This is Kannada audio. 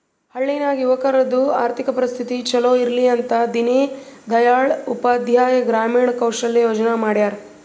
ಹಳ್ಳಿ ನಾಗ್ ಯುವಕರದು ಆರ್ಥಿಕ ಪರಿಸ್ಥಿತಿ ಛಲೋ ಇರ್ಲಿ ಅಂತ ದೀನ್ ದಯಾಳ್ ಉಪಾಧ್ಯಾಯ ಗ್ರಾಮೀಣ ಕೌಶಲ್ಯ ಯೋಜನಾ ಮಾಡ್ಯಾರ್